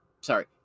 Sorry